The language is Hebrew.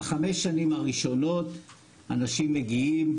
בחמש שנים הראשונות אנשים מגיעים,